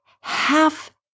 half